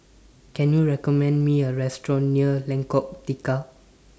Can YOU recommend Me A Restaurant near Lengkok Tiga